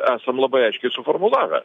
esam labai aiškiai suformulavę